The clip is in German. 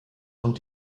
und